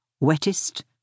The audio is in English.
wettest